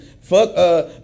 Fuck